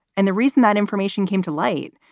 and the reason that information came to light,